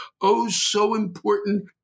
oh-so-important